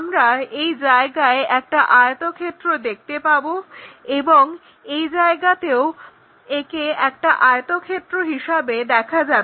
আমরা এই জায়গায় একটা আয়তক্ষেত্র দেখতে পাবো এবং এই জায়গাতেও একে একটা আয়তক্ষেত্র হিসেবে দেখা যাবে